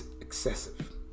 excessive